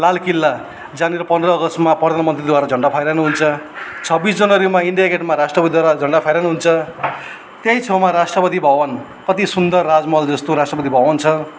लाल किल्ला जहाँनिर पन्ध्र अगस्तमा प्रधान मन्त्रीद्वारा झन्डा फहराइनुहुन्छ छब्बिस जनवरीमा इन्डिया गेटमा रास्ट्रपतिद्वारा फहराइनुहुन्छ त्यही छेउमा रास्ट्रपति भवन कति सुन्दर राजमहल जस्तो रास्ट्रपति भवन छ